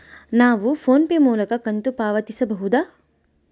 ನಾವು PhonePe ಮೂಲಕ ಕಂತು ಪಾವತಿಸಬಹುದಾ?